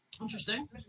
Interesting